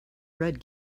red